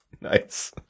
Nice